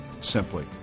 simply